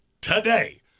today